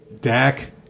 Dak